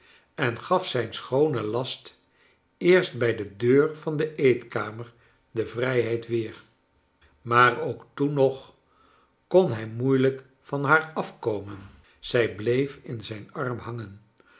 en gaf zijn schoonen last eerst bij de deur van de eetkamer de vrijheid weer maar ook toen nog kon hij moeilijk van haar afkomen zij bleef in zijn arm hangen